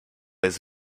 jest